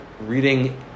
reading